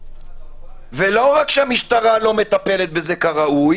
ולא רק שהמשטרה לא מטפלת בזה כראוי